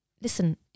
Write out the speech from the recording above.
listen